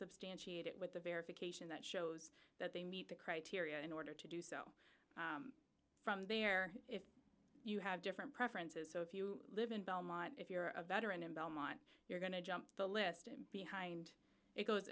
substantiate it with the verification that shows they meet the criteria in order to do so from there if you have different preferences so if you live in belmont if you're a veteran in belmont you're going to jump the list behind it goes